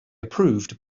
approved